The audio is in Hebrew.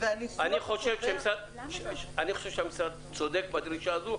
אני חושב שמשרד החקלאות צודק בדרישה הזו,